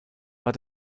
but